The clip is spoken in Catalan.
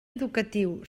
educatiu